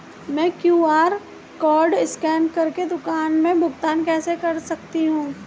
मैं QR code scan कर के दुकान में भुगतान कैसे कर सकती हूँ?